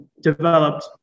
developed